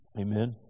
amen